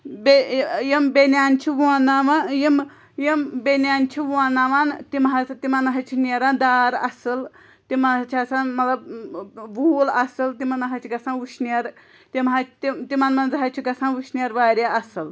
بیٚیہِ یِم بیٚنیٛان چھِ وونٛناوان یِم یِم بیٚنیٛان چھِ وونٛناوان تِم حظ تِمن نَہ حظ چھِ نیران دار اَصٕل تِم حظ چھِ آسان مطلب ووٗل اَصٕل تِمَن نَہ حظ چھِ گژھان وٕشنیر تِم حظ تِم تِمَن منٛز حظ چھِ گژھان وٕشنیر واریاہ اَصٕل